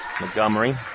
Montgomery